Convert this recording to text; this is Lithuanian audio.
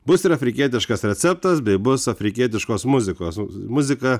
bus ir afrikietiškas receptas bei bus afrikietiškos muzikos o muziką